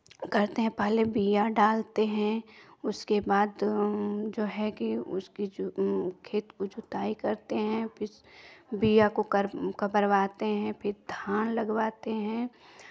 करते हैं पहले बिया डालते हैं उसके बाद जो है की उसकी खेत की जुताई करते हैं फिर बिया को कर करवाते हैं फिर धान लगवाते हैं